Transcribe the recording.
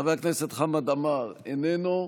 חבר הכנסת חמד עמאר, איננו,